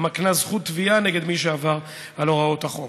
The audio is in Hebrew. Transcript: המקנה זכות תביעה נגד מי שעבר על הוראות החוק.